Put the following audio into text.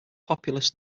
populous